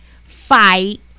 fight